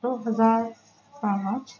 دو ہزار پانچ